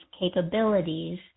capabilities